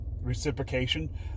reciprocation